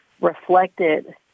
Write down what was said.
reflected